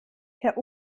herr